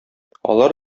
алар